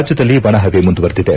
ರಾಜ್ಯದಲ್ಲಿ ಒಣ ಪವೆ ಮುಂದುವರಿದಿದೆ